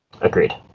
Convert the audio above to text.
Agreed